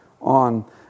on